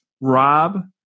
Rob